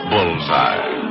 Bullseye